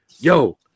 yo